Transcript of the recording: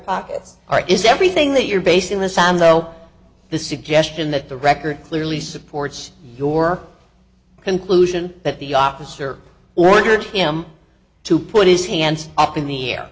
pockets are is everything that you're basing this on though the suggestion that the record clearly supports your conclusion that the officer ordered him to put his hands up in the air